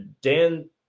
Dan